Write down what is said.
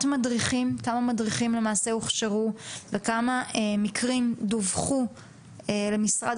מדריכים: כמה מדריכים הוכשרו וכמה מקרים דווחו למשרד